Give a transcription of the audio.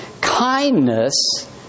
kindness